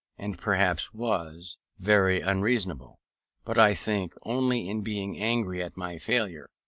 and perhaps was, very unreasonable but i think, only in being angry at my failure.